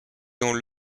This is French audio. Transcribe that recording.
dans